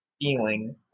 feeling